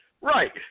Right